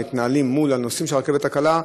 שמתנהלים מול הנוסעים של הרכבת הקלה,